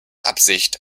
absicht